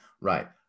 right